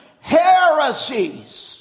heresies